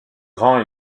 grand